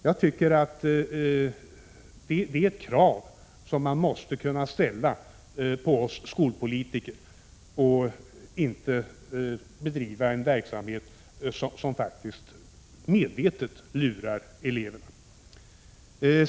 Det är ett krav som måste kunna ställas på skolpolitiker att vi inte bedriver en verksamhet som faktiskt medvetet lurar eleverna.